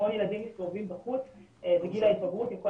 המון ילדים מסתובבים בחוץ בגיל ההתבגרות עם כל